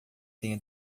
tenha